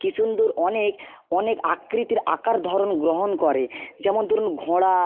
কী সুন্দর অনেক অনেক আকৃতির আকার ধরণ গ্রহণ করে যেমন ধরুন ঘোড়া